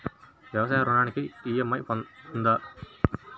వ్యవసాయ ఋణానికి ఈ.ఎం.ఐ ఉందా?